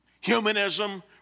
Humanism